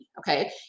Okay